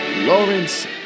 Lawrence